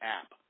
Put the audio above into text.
app